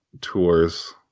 tours